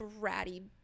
bratty